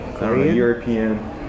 European